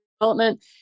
development